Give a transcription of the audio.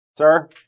Sir